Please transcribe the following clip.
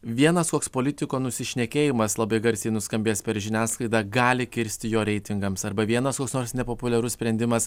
vienas koks politiko nusišnekėjimas labai garsiai nuskambėjęs per žiniasklaidą gali kirsti jo reitingams arba vienas koks nors nepopuliarus sprendimas